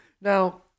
Now